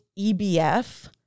EBF